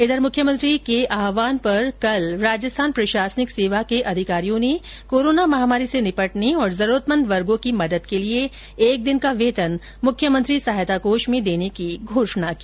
इधर मुख्यमंत्री अशोक गहलोत के आह्वान पर कल राजस्थान प्रशासनिक सेवा के अधिकारियों ने कोरोना महामारी से निपटने तथा जरूरतमंद वर्गों की मदद के लिए एक दिन का वेतन मुख्यमंत्री सहायता कोष में देने की घोषणा की